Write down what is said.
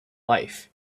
life